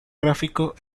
gráfico